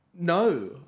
No